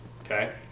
okay